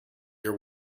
your